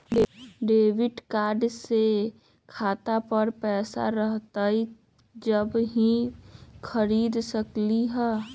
Debit card से खाता पर पैसा रहतई जब ही खरीद सकली ह?